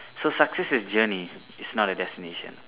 so success is journey is not a destination